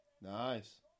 Nice